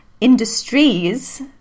industries